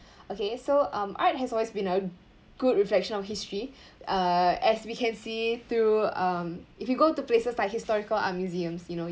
okay so um art has always been a good reflection of history uh as we can see through um if you go to places like historical art museums you know you